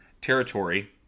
territory